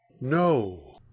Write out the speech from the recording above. No